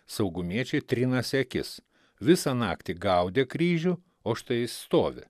saugumiečiai trinasi akis visą naktį gaudė kryžių o štai stovi